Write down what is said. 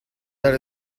that